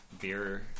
Beer